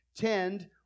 tend